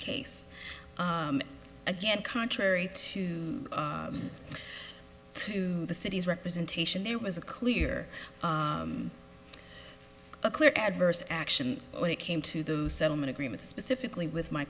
case against contrary to the city's representation there was a clear a clear adverse action when it came to the settlement agreement specifically with my